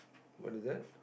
what is that